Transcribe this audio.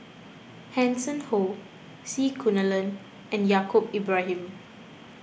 Hanson Ho C Kunalan and Yaacob Ibrahim